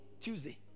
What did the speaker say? Tuesday